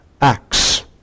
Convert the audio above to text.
Acts